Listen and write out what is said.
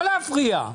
לא להפריע.